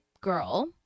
girl